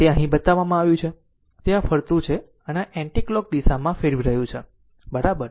તે અહીં બતાવવામાં આવ્યું છે તે આ ફરતું છે આ એન્ટિકલોક દિશામાં ફેરવી રહ્યું છે બરાબર